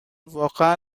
واقعا